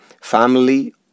family